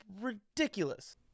ridiculous